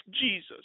Jesus